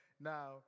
Now